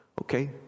okay